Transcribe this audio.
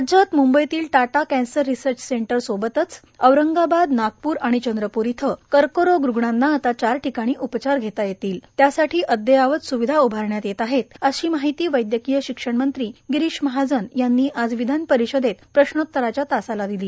राज्यात मंबईतील Tata cancer research centre बरोबरच औरंगाबाद नागपूर आणि चंद्रपूर इथं कर्करोग रुग्णांना आता चार ठिकाणी उपचार घेता येतील त्यासाठी अद्ययावत स्विधा उभारण्यात येत आहेत अशी माहिती वैद्यकीय शिक्षणमंत्री गिरीष महाजन यांनी आज विधान परिषदेत प्रश्नोत्तराच्या तासाला दिली